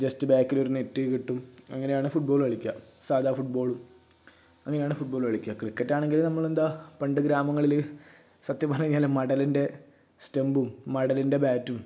just ബേക്കിലൊരു net കെട്ടും അങ്ങനെയാണ് ഫുട്ബോൾ കളിക്കുക സാദാ ഫുട് ബോൾ അങ്ങനെയാണ് ഫുട് ബോൾ കളിക്കുക ക്രിക്കറ്റാണെങ്കിൽ നമ്മളെന്താ പണ്ട് ഗ്രാമങ്ങളിൽ സത്യം പറഞ്ഞ് കഴിഞ്ഞാൽ മടലിൻ്റെ സ്റ്റമ്പും മടലിൻ്റെ ബേ റ്റു